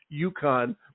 Uconn